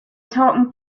talking